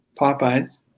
Popeyes